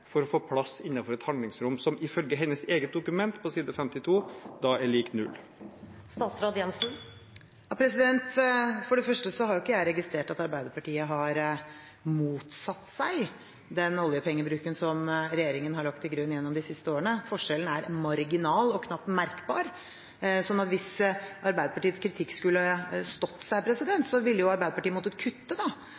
for å få plass innenfor et handlingsrom som ifølge hennes eget dokument, på side 52, er lik null? For det første har ikke jeg registrert at Arbeiderpartiet har motsatt seg den oljepengebruken som regjeringen har lagt til grunn gjennom de siste årene. Forskjellen er marginal og knapt merkbar, så hvis Arbeiderpartiets kritikk skulle stått seg,